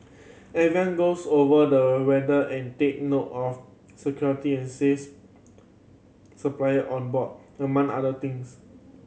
everyone goes over the weather and take note of security and says supply on board among other things